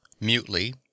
Mutely